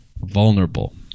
Vulnerable